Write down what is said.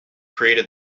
created